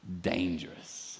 Dangerous